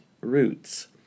roots